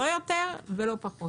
לא יותר ולא פחות.